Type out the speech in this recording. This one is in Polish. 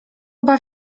baw